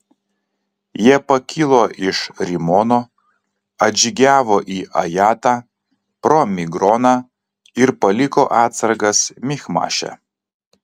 jie pakilo iš rimono atžygiavo į ajatą pro migroną ir paliko atsargas michmaše